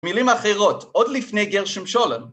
מילים אחרות עוד לפני גרשום שולם.